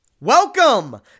Welcome